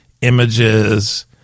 images